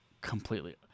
completely